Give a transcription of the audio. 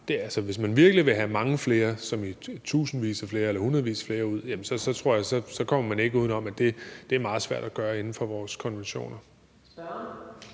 hvis man virkelig vil have mange flere ud – som i tusindvis eller hundredvis flere – så tror jeg ikke, at man kommer uden om, at det er meget svært at gøre inden for vores konventioner.